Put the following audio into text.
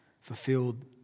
fulfilled